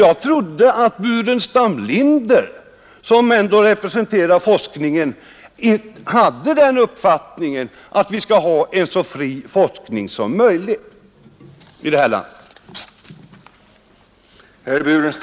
Jag trodde att herr Burenstam Linder som ändå på sätt och vis representerar forskningen hade den uppfattningen att vi skall ha en så fri forskning som möjligt i det här landet.